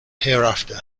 hereafter